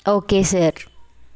okay sir